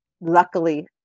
luckily